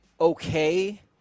okay